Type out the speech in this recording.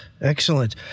Excellent